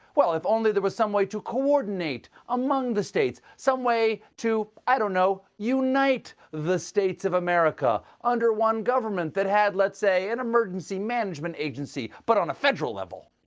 if only there were some way to coordinate among the states, some way to, i don't know, unite the states of america under one government that had, let's say, an emergency management agency but on a federal level.